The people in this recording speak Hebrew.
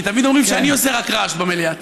כי תמיד אומרים שרק אני עושה רעש במליאה.